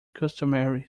customary